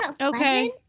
Okay